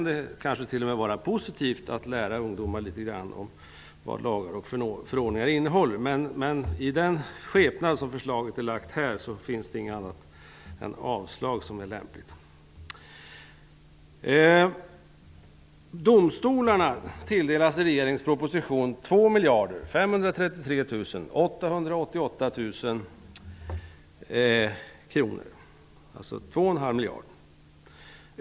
Det kanske t.o.m. kan vara positivt att lära ungdomar litet grand om vad lagar och förordningar innehåller. Men i den skepnad som förslaget har lagts fram här finns det inget annat än avslag som är lämpligt. Domstolarna tilldelas enligt regeringens proposition 2 533 888 000 kr, dvs. två och en halv miljard.